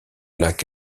lac